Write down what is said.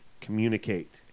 communicate